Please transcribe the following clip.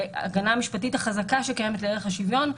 ההגנה המשפטית החזקה שקיימת לערך השוויון.